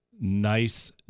nice